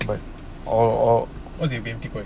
but or what do you mean people